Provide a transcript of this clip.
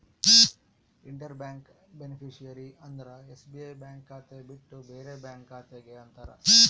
inter bank beneficiary ಅಂದ್ರ SBI bank ಖಾತೆ ಬಿಟ್ಟು ಬೇರೆ ಬ್ಯಾಂಕ್ ಖಾತೆ ಗೆ ಅಂತಾರ